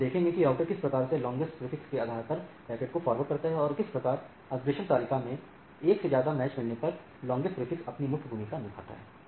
तो हम देखेंगे की राउटर किस प्रकार से लांगेस्ट प्रीफिक्स के आधार पर पैकेट को फॉरवर्ड करते हैं और किस प्रकार अग्रेषण तालिका में एक से ज्यादा मैच मिलने पर लांगेस्ट प्रीफिक्स अपनी मुख्य भूमिका निभाता है